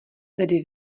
tedy